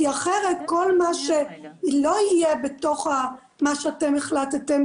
כי אחרת כל מה שלא יהיה בתוך מה שאתם החלטתם,